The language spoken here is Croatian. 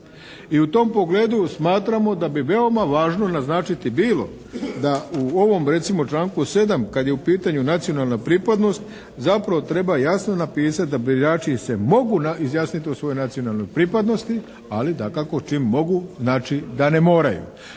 I u tom pogledu smatramo da bi veoma važno naznačiti bilo da u ovom recimo članku 7. kad je u pitanju nacionalna pripadnost zapravo treba jasno napisati da birači se mogu izjasniti o svojoj nacionalnoj pripadnosti, ali dakako čim mogu znači da ne moraju.